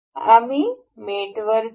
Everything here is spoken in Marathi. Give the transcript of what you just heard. आम्ही मेटवर जाऊ